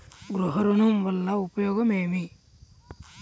గృహ ఋణం వల్ల ఉపయోగం ఏమి?